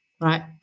right